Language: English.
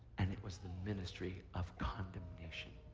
and it was the ministry of condemnation.